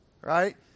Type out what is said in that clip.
Right